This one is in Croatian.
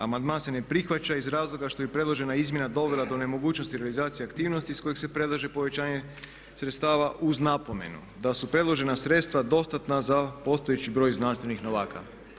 Amandman se ne prihvaća iz razloga što bi predložena izmjena dovela do nemogućnosti realizacije aktivnosti iz kojeg se predlaže povećanje sredstava uz napomenu da su predložena sredstva dostatna za postojeći broj znanstvenih novaka.